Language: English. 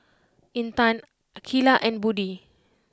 Intan Aqeelah and Budi